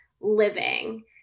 living